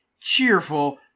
cheerful